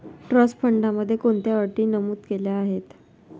Trust फंडामध्ये कोणत्या अटी नमूद केल्या आहेत?